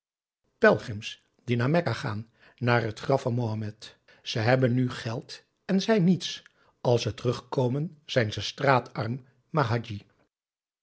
pelgrims die naar mekka gaan naar het graf van mohammed ze hebben nu geld en zijn niets als ze terugkomen zijn ze straatarm